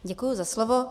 Děkuji za slovo.